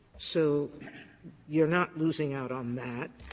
so you're not losing out on that.